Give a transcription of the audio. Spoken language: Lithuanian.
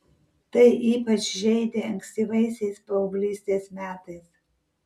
tai ypač žeidė ankstyvaisiais paauglystės metais